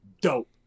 dope